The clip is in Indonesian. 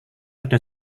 ada